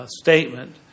statement